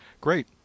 Great